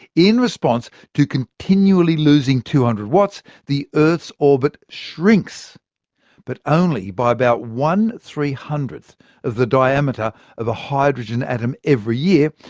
in response to continually losing two hundred watts, the earth's orbit shrinks but only by about one three-hundredth of the diameter of a hydrogen atom each year,